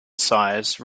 size